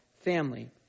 family